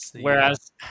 whereas